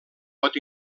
pot